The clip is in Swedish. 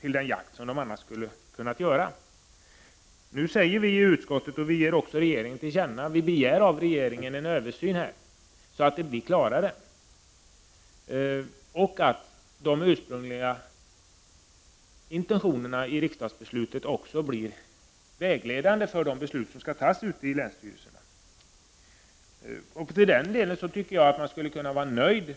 Vi begär nu från utskottet att regeringen skall göra en översyn så att bestämmelserna blir klarare och vidare att de ursprungliga intentionerna i riksdagsbeslutet skall bli vägledande för de beslut som skall fattas ute i länsstyrelserna. Jag tycker att man borde